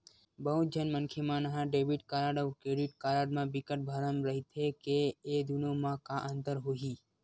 बहुत झन मनखे मन ह डेबिट कारड अउ क्रेडिट कारड म बिकट भरम रहिथे के ए दुनो म का अंतर होही?